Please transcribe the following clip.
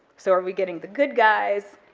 so are we getting the good guys,